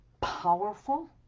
powerful